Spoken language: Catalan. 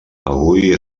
avui